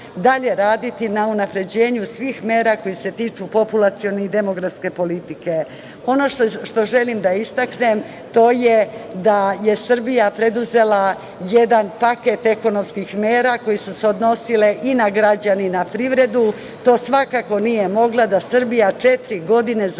dalje raditi na unapređenju svih mera koje se tiču populacionih i demografske politike. Ono što želim da istaknem, to je da je Srbija preduzela jedan paket ekonomskih mera, koje su se odnosile i na građane privrede. Srbija četiri za